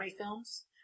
films